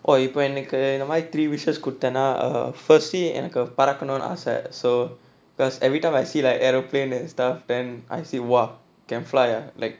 oh இப்ப எனக்கு இந்த மாரி:ippa enakku intha maari three wishes குடுத்தேனா:kuduthaenaa first எனக்கு பறக்கனுனு ஆச:enakku parakkanunu aasa so because everytime I see like aeroplane and stuff then I say !wah! can fly ah like